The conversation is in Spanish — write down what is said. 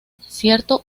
cierto